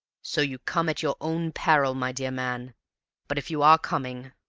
so you come at your own peril, my dear man but, if you are coming